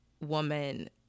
woman